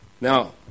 Now